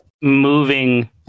moving